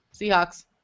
Seahawks